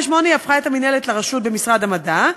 ב-2008 היא הפכה את המינהלת לרשות במשרד המדע,